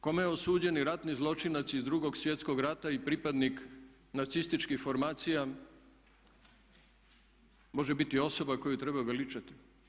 Kome osuđeni ratni zločinac iz Drugog svjetskog rata i pripadnik nacističkih formacija može biti osoba koju treba veličati?